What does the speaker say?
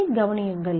இதைக் கவனியுங்கள்